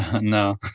No